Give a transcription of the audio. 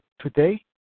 today